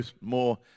more